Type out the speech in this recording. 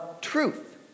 truth